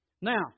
Now